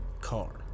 car